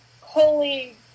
holy